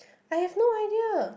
I have no idea